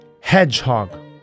hedgehog